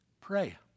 Pray